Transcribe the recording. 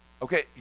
Okay